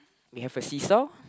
we have a seesaw